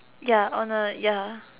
ya on a ya